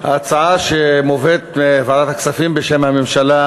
ההצעה שמובאת מוועדת הכספים בשם הממשלה